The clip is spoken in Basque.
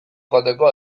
joateko